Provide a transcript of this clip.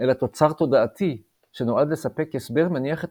אלא תוצר תודעתי שנועד לספק הסבר מניח את